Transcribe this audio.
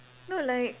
no like